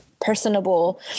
personable